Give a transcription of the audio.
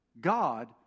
God